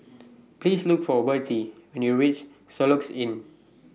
Please Look For Vertie when YOU REACH Soluxe Inn